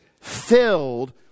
Filled